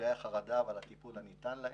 נפגעי חרדה ועל הטיפול הניתן להם.